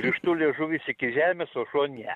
grįžtu liežuvis iki žemės o šuo ne